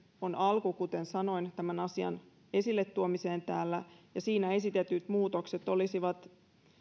on alku kuten sanoin tämän asian esille tuomiseen täällä ja siinä esitetyt muutokset olisivat